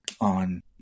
on